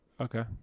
Okay